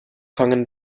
fangen